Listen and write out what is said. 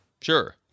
Sure